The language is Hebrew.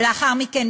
לאחר מכן,